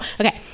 okay